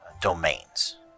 domains